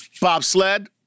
Bobsled